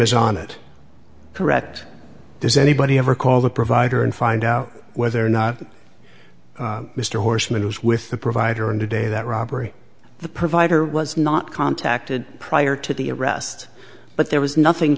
is on it correct does anybody ever call the provider and find out whether or not mr horsman was with the provider and today that robbery the provider was not contacted prior to the arrest but there was nothing